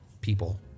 people